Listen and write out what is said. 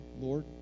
Lord